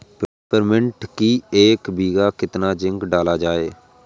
Peppermint की एक बीघा कितना जिंक डाला जाए?